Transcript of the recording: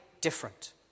different